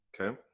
Okay